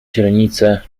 źrenice